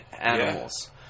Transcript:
animals